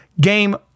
game